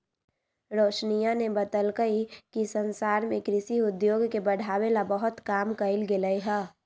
रोशनीया ने बतल कई कि संसार में कृषि उद्योग के बढ़ावे ला बहुत काम कइल गयले है